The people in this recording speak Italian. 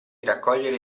raccogliere